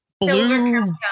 blue